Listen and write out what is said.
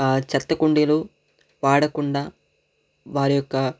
ఆ చెత్త కుండీలు వాడకుండా వారి యొక్క